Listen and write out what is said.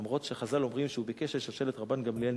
אף שחז"ל אומרים שהוא ביקש על שושלת רבן גמליאל,